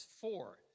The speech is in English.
four